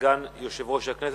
סגן יושב-ראש הכנסת,